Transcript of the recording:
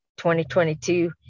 2022